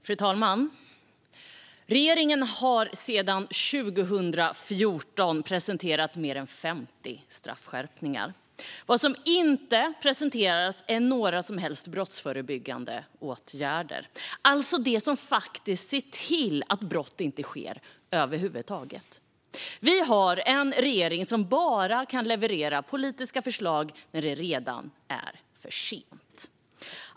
Fru talman! Regeringen har sedan 2014 presenterat mer än 50 straffskärpningar. Vad som inte presenteras är några som helst brottsförebyggande åtgärder, alltså det som faktiskt gör att brott inte sker över huvud taget. Vi har en regering som bara kan leverera politiska förslag när det redan är för sent.